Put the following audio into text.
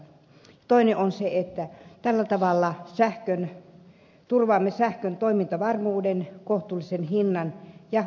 toinen on se että tällä tavalla turvaamme sähkön toimintavarmuuden kohtuullisen hinnan ja omavaraisuuden